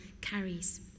carries